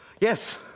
Yes